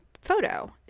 photo